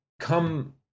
come